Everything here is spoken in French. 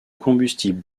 combustible